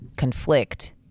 Conflict